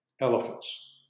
elephants